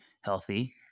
healthy